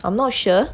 I'm not sure